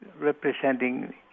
representing